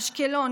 באשקלון,